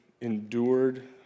endured